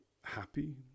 happy